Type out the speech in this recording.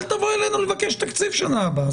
אל תבוא אלינו לבקש תקציב בשנה הבאה.